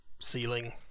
ceiling